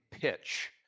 pitch